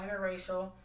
interracial